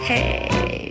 Hey